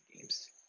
games